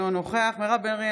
אינו נוכח מירב בן ארי,